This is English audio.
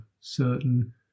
certain